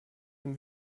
dem